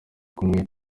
kumwe